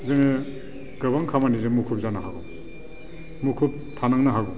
जोङो गोबां खामानिजों मुखुब जानो हागौ मुखुब थानांनो हागौ